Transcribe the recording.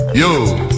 yo